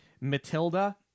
Matilda